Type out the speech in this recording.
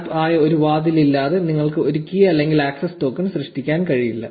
app ആയ ഒരു വാതിൽ ഇല്ലാതെ നിങ്ങൾക്ക് ഒരു കീ അല്ലെങ്കിൽ ആക്സസ് ടോക്കൺ സൃഷ്ടിക്കാൻ കഴിയില്ല